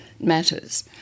matters